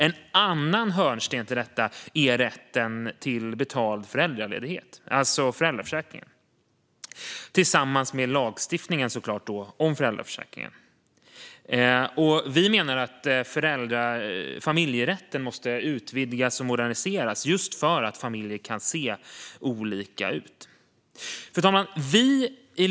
En annan hörnsten i detta är rätten till betald föräldraledighet, alltså föräldraförsäkringen - självklart tillsammans med lagstiftningen om föräldraförsäkringen. Vi menar att familjerätten måste utvidgas och moderniseras just för att familjer kan se olika ut. Fru talman!